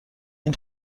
این